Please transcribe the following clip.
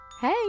Hey